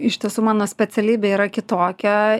iš tiesų mano specialybė yra kitokia